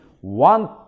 one